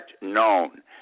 known